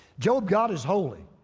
job, god is holy